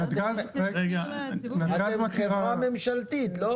אתם חברה ממשלתית, לא?